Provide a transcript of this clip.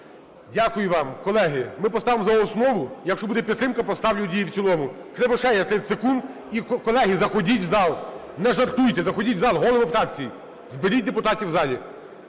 Дякую вам. Колеги, ми поставимо за основу. Якщо буде підтримка – поставлю в цілому. Кривошея – 30 секунд. І, колеги, заходіть в зал, не жартуйте, заходіть в зал. Голови фракцій, зберіть депутатів в залі.